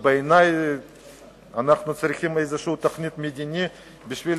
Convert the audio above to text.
ולדעתי אנחנו צריכים איזו תוכנית מדינית כדי